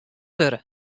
wurde